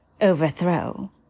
overthrow